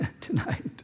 tonight